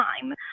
time